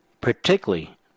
particularly